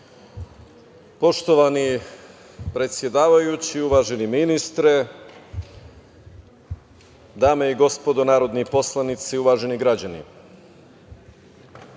Poštovani predsedavajući, uvaženi ministre, dame i gospodo narodni poslanici, uvaženi građani,